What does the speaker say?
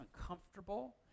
uncomfortable